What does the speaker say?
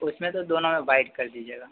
उसमें तो दोनों में वाइट कर दीजिएगा